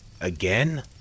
Again